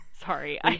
sorry